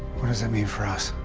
what does it mean for us?